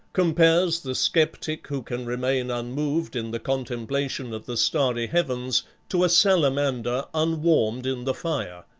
compares the sceptic who can remain unmoved in the contemplation of the starry heavens to a salamander unwarmed in the fire